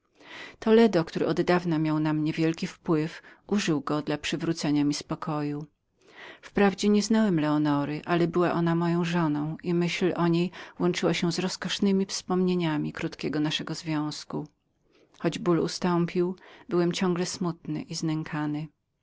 toledo który oddawna był owładnął moim umysłem użył całej przewagi dla powrócenia mi spokojności wprawdzie nie znałem leonory ale była ona moją żoną i myśl jej łączyła się z roskosznemi wspomnieniami krótkiego naszego związku oddałem się na powrót pracy ale byłem ciągle smutny i znękany